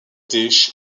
dish